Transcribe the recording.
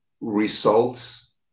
results